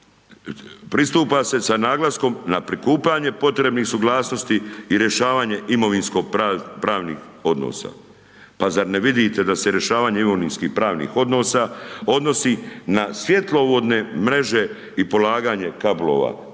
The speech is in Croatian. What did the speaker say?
pristupa se sa naglaskom na prikupljanje potrebnih suglasnosti i rješavanje imovinsko pravnih odnosa. Pa zar ne vidite da se rješavanje imovinsko-pravnih odnosa odnosi na svjetlovodne mreže i polaganje kablova.